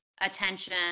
attention